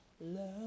love